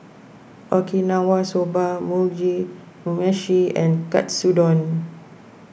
Okinawa Soba Mugi Meshi and Katsudon